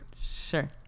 Sure